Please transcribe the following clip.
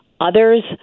Others